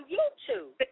YouTube